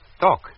Doc